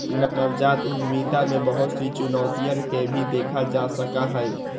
नवजात उद्यमिता में बहुत सी चुनौतियन के भी देखा जा सका हई